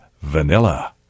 vanilla